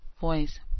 voice